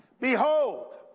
Behold